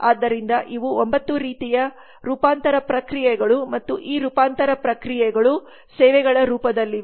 ಆದ್ದರಿಂದ ಇವು 9 ರೀತಿಯ ರೂಪಾಂತರ ಪ್ರಕ್ರಿಯೆಗಳು ಮತ್ತು ಈ ರೂಪಾಂತರ ಪ್ರಕ್ರಿಯೆಗಳು ಸೇವೆಗಳ ರೂಪದಲ್ಲಿವೆ